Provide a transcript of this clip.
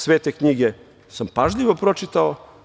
Svete knjige sam pažljivo pročitao.